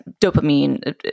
dopamine